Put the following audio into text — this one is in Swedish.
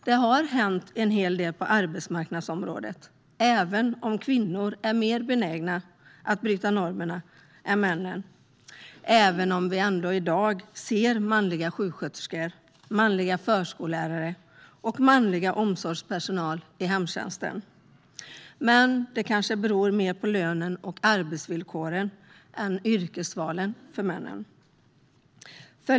Det har hänt en hel del på arbetsmarknadsområdet, även om kvinnor är mer benägna att bryta normerna än männen. Men det kanske beror mer på lönen och arbetsvillkoren än yrkesvalen för männen. Ändå ser vi i dag manliga sjuksköterskor, manliga förskollärare och manlig omsorgspersonal i hemtjänsten.